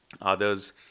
others